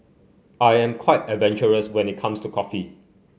I'm quite adventurous when it comes to coffee